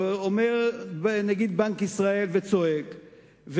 ועומד נגיד בנק ישראל וצועק,